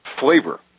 flavor